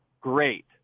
great